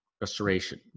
restoration